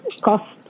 cost